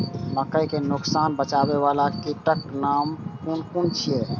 मके के नुकसान पहुँचावे वाला कीटक नाम कुन कुन छै?